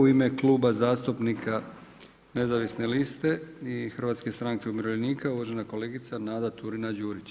U ime Kluba zastupnika Nezavisne liste i Hrvatske stranke umirovljenika uvažena kolegica Nada Turina-Đurić.